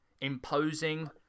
imposing